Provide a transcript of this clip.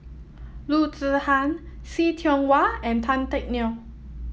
Loo Zihan See Tiong Wah and Tan Teck Neo